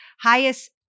highest